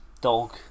dog